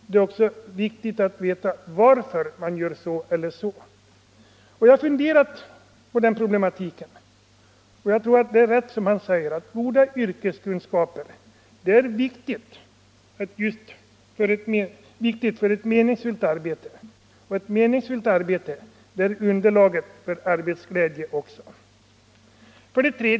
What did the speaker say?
Det är också viktigt att veta varför man gör så eller så.” Jag har funderat på den problematiken, och jag tror att det är rätt som han säger. Goda yrkeskunskaper är viktiga för ett meningsfullt arbete, och ett meningsfullt arbete är underlaget för arbetsglädje. 3.